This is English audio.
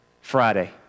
Friday